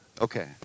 Okay